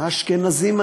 הוא